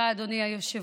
תודה, אדוני היושב-ראש.